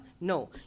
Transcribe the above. No